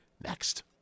Next